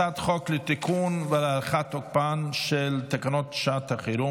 הצעת חוק לתיקון ולהארכת תוקפן של תקנות שעת חירום